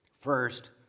First